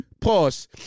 Pause